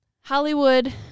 hollywood